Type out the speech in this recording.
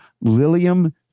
lilium